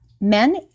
men